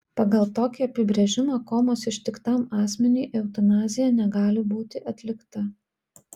pagal tokį apibrėžimą komos ištiktam asmeniui eutanazija negali būti atlikta